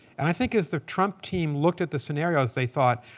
and i think as the trump team looked at the scenarios, they thought,